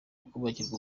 kubakirwa